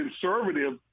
conservative